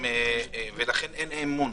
ולכן אין אמון